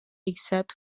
except